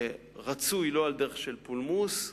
רצוי לא בדרך של פולמוס,